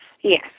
Yes